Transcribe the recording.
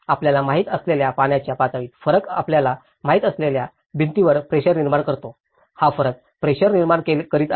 आपल्याला माहित असलेल्या पाण्याच्या पातळीत फरक आपल्याला माहित असलेल्या भिंतीवर प्रेशर निर्माण करतो हा फरक प्रेशर निर्माण करीत आहे